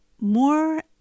more